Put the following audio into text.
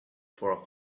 for